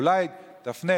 אולי תפנה